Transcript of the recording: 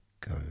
go